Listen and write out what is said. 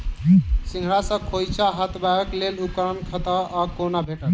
सिंघाड़ा सऽ खोइंचा हटेबाक लेल उपकरण कतह सऽ आ कोना भेटत?